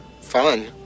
fun